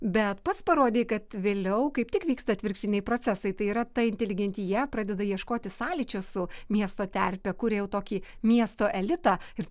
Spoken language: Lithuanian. bet pats parodei kad vėliau kaip tik vyksta atvirkštiniai procesai tai yra ta inteligentija pradeda ieškoti sąlyčio su miesto terpe kuria jau tokį miesto elitą ir